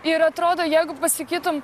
ir atrodo jeigu pasakytum